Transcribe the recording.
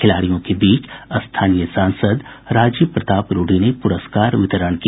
खिलाड़ियों के बीच स्थानीय सांसद राजीव प्रताप रूढ़ी ने पुरस्कार वितरण किया